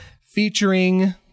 featuring